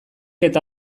eta